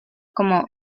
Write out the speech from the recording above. como